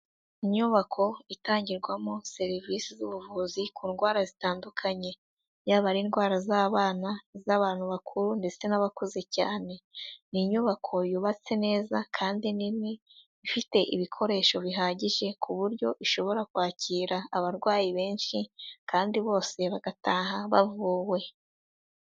Inyubako itangirwamo serivisi z'ubuvuzi ku ndwara zitandukanye yaba ari indwara z'abana, iz'abantu bakuru ndetse n'abakuze cyane. Ni inyubako yubatse neza kandi nini ifite ibikoresho bihagije ku buryo ishobora kwakira abarwayi benshi kandi bose bagataha bavuwe.